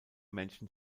männchen